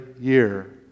year